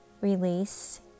release